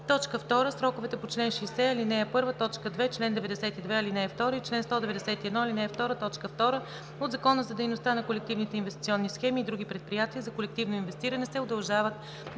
г.; 2. сроковете по чл. 60, ал. 1, т. 2, чл. 92, ал. 2 и чл. 191, ал. 2, т. 2 от Закона за дейността на колективните инвестиционни схеми и други предприятия за колективно инвестиране се удължават